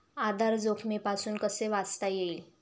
आधार जोखमीपासून कसे वाचता येईल?